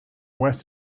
west